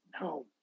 no